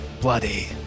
bloody